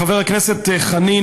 חבר הכנסת חנין,